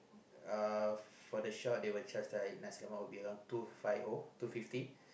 uh for the shop they will charge like nasi-lemak will be around two five O two fifty